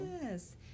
Yes